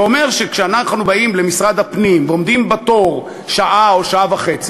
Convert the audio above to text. זה אומר שכשאנחנו באים למשרד הפנים ועומדים בתור שעה או שעה וחצי,